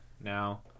now